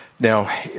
Now